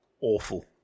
awful